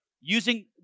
using